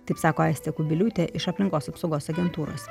taip sako aistė kubiliūtė iš aplinkos apsaugos agentūros